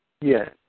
Yes